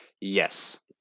Yes